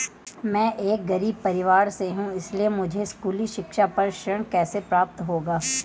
मैं एक गरीब परिवार से हूं इसलिए मुझे स्कूली शिक्षा पर ऋण कैसे प्राप्त होगा?